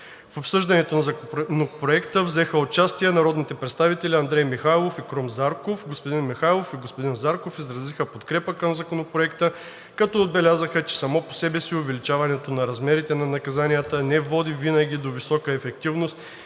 В обсъждането на Законопроекта взеха участие народните представители Андрей Михайлов и Крум Зарков. Господин Михайлов и господин Зарков изразиха подкрепа към Законопроекта, като отбелязаха, че само по себе си увеличаването на размерите на наказанията не води винаги до висока ефективност